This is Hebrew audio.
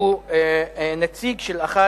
שהוא נציג של אחד